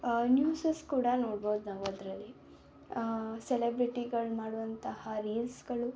news ಕೂಡ ನೋಡ್ಬೋದು ನಾವು ಅದರಲ್ಲಿ ಸೆಲೆಬ್ರಿಟಿಗಳು ಮಾಡುವಂತಹ ರೀಲ್ಸ್ಗಳು